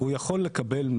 הוא יכול היה.